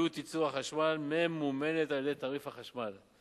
עלות ייצור החשמל ממומנת על-ידי תעריף החשמל.